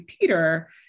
Peter